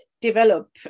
develop